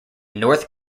north